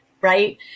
Right